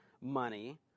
money